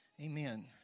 Amen